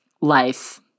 life